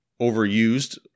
overused